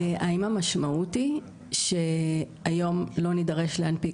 האם המשמעות היא שהיום לא נדרש להנפיק